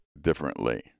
differently